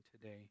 today